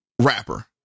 rapper